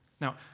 Now